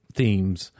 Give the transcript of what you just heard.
themes